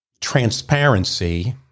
transparency